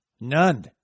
None